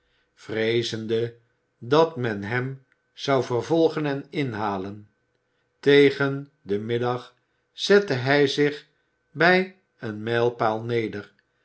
vreezende dat men hem zou vervolgen en inhalen tegen den middag zette hij zich bij een mijlpaal neder